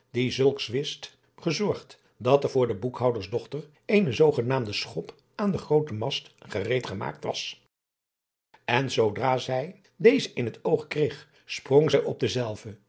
die zulks wist gezorgd dat er voor de boekhouders dochter eene zoogenaamde schop aan den grooten mast geadriaan loosjes pzn het leven van johannes wouter blommesteyn reed gemaakt was en zoodra zij deze in het oog kreeg sprong zij op dezelve en